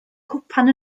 cwpan